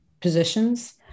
positions